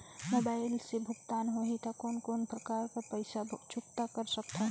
Mobile से भुगतान होहि त कोन कोन प्रकार कर पईसा चुकता कर सकथव?